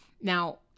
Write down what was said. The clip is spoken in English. Now